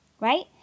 right